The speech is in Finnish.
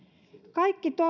kaikki